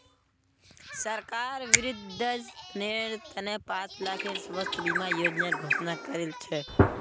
सरकार वृद्धजनेर त न पांच लाखेर स्वास्थ बीमा योजनार घोषणा करील छ